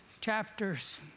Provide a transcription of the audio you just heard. chapters